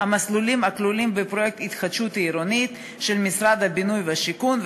המסלולים הכלולים בפרויקט התחדשות עירונית של משרד הבינוי והשיכון,